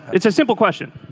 it's a simple question.